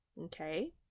Okay